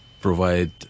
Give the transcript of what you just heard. provide